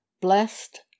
Blessed